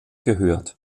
gehört